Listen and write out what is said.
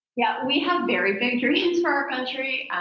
yeah, we have very big dreams for our country.